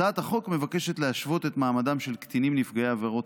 הצעת החוק מבקשת להשוות את מעמדם של קטינים נפגעי עבירות